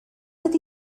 ydy